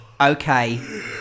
okay